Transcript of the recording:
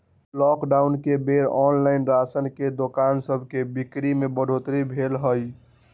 lockdown के बेर online राशन के दोकान सभके बिक्री में बढ़ोतरी भेल हइ